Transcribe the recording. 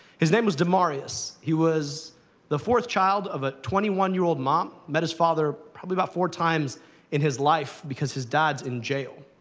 his name was demaryius he was the fourth child of a twenty one year old mom. he met his father, probably, about four times in his life, because his dad's in jail.